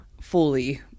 fully